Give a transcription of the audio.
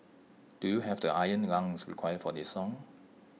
do you have the iron lungs required for this song